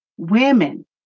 Women